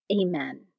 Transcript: Amen